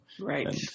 Right